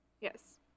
yes